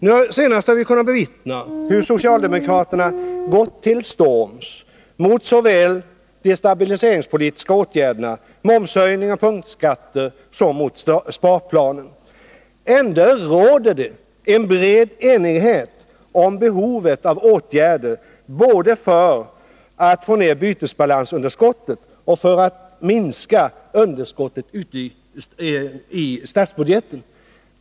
Nu senast har vi kunnat bevittna hur socialdemokraterna gått till storms såväl mot de stabiliseringspolitiska åtgärderna — momshöjning och punktskatter — som mot sparplanen. Ändå råder det bred enighet om behovet av åtgärder både för att få ner bytesbalansunderskottet och för att minska underskottet i statsbudgeten.